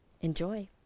Enjoy